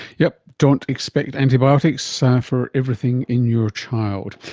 yep, don't expect antibiotics ah for everything in your child.